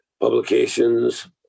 Publications